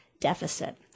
deficit